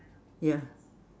ya